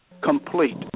complete